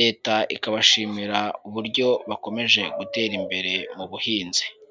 Leta ikabashimira uburyo bakomeje gutera imbere mu buhinzi.